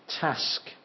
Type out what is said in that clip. task